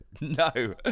no